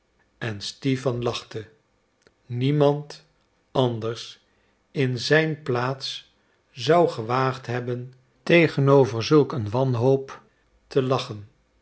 en stipan lachte niemand anders in zijn plaats zou gewaagd hebben tegenover zulk een wanhoop te lachen